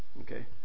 okay